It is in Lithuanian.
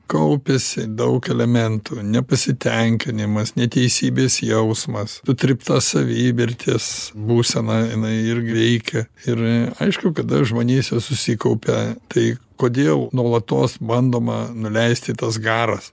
kaupiasi daug elementų nepasitenkinimas neteisybės jausmas sutrypta savivertės būsena jinai irgi veikia ir aišku kada žmonėse susikaupia tai kodėl nuolatos bandoma nuleisti tas garas